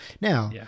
Now